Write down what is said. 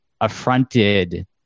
affronted